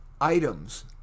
items